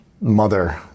mother